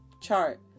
chart